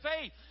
faith